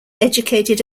educated